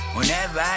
Whenever